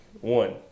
One